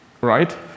right